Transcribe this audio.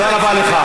תודה רבה לך.